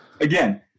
again